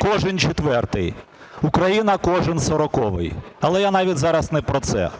кожен 4-й. Україна – кожен 40-й. Але я навіть зараз не про це.